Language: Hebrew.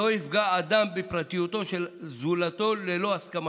"לא יפגע אדם בפרטיותו של זולתו ללא הסכמתו",